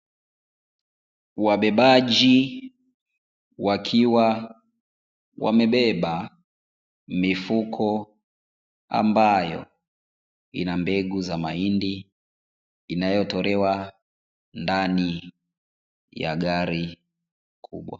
Wabebaji wakiwa wamebeba mifuko ambayo ina mbegu za mahindi inayotolewa ndani ya gari kubwa.